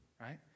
right